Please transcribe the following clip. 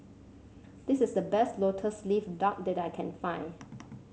this is the best lotus leaf duck that I can find